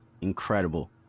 incredible